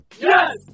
Yes